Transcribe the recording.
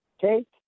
take